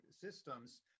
systems